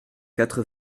quatre